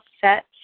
set